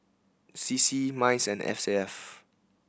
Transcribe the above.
C C MICE and S A F